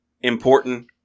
important